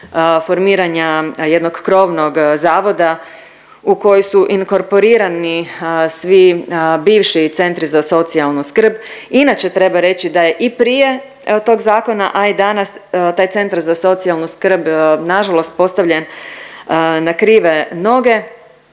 formiranja jednog krovnog zavoda u koji su inkorporirani svi centri za socijalnu skrb. Inače treba reći da je i prije tog zakona, a i danas taj centar za socijalnu skrb nažalost postavljen na krive noge,